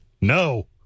No